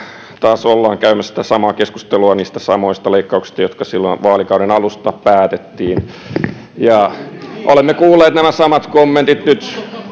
taas ollaan käymässä sitä samaa keskustelua niistä samoista leikkauksista jotka silloin vaalikauden alussa päätettiin olemme kuulleet nämä samat kommentit nyt